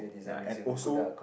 ya and also